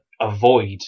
avoid